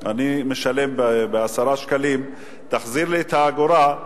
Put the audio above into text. אני משלם 10 שקלים, תחזיר לי את האגורה,